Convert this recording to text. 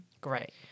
great